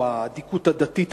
או האדיקות הדתית,